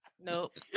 nope